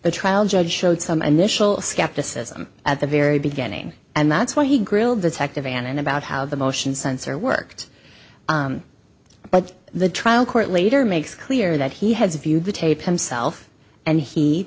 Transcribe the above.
the trial judge showed some initial skepticism at the very beginning and that's why he grilled detective and about how the motion sensor worked but the trial court later makes clear that he has viewed the tape himself and he